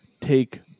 take